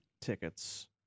tickets